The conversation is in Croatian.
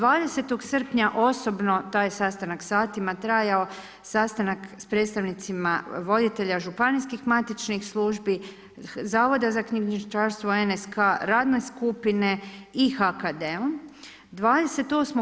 20. srpnja osobno taj sastanak satima je trajao, sastanak sa predstavnicima voditelja županijskih matičnih službi, zavoda za knjižničarstvo NSK, radne skupine i HKD-om.